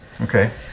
Okay